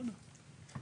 אנחנו